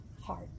heart